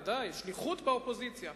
שליחות באופוזיציה.